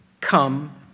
come